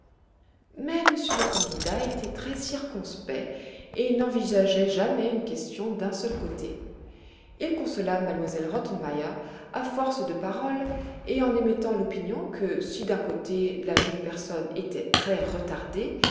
mais monsieur le candidat était très circonspect et n'envisageait jamais une question d'un seul côté il consola m elle rottenmeier à force de paroles et en émettant l'opinion que si d'un côté la jeune personne était très retardée